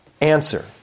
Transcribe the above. answer